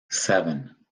seven